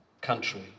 country